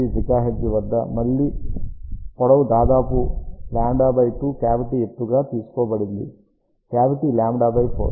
8 GHz వద్ద మళ్ళీ పొడవు దాదాపు λ2 కావిటీ ఎత్తుగా తీసుకోబడింది కావిటీ λ4